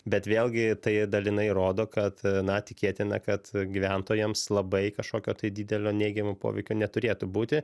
bet vėlgi tai dalinai rodo kad na tikėtina kad gyventojams labai kažkokio tai didelio neigiamo poveikio neturėtų būti